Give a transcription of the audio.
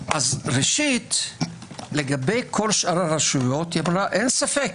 ראשית, לגבי כל שאר הרשויות אמרה: אין ספק